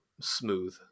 Smooth